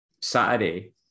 Saturday